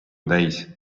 täis